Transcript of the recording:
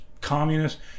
communists